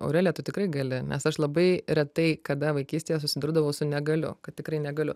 aurelija tu tikrai gali nes aš labai retai kada vaikystėje susidurdavau su negaliu kad tikrai negaliu